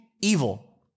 evil